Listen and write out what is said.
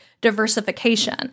diversification